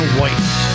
White